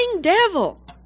devil